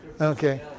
Okay